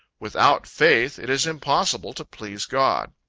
without faith it is impossible to please god.